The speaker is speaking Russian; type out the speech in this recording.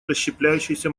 расщепляющийся